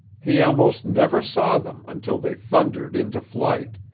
he almost never saw them until they thundered into flight,